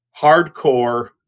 hardcore